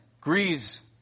grieves